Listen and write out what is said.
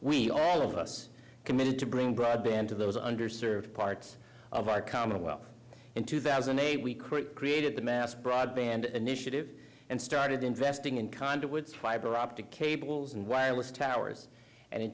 we all of us committed to bring broadband to those under served parts of our commonwealth in two thousand and eight we create created the mass broadband initiative and started investing in conduits fiberoptic cables and wires towers and